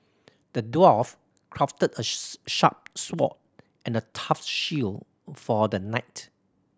the dwarf crafted a sharp sword and a tough shield for the knight